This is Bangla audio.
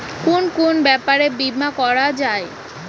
কুন কুন ব্যাপারে বীমা করা যায়?